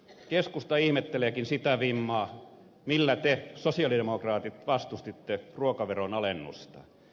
keskusta ihmetteleekin sitä vimmaa millä te sosialidemokraatit vastustitte ruokaveron alennusta